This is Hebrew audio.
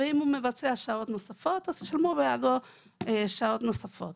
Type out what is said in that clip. אם הוא מבצע שעות נוספות, ישולמו לו שעות נוספות.